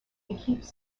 équipes